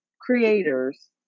creators